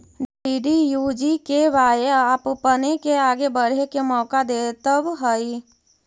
DDUGKY आपपने के आगे बढ़े के मौका देतवऽ हइ